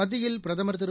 மத்தியில் பிரதமா் திரு